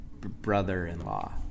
brother-in-law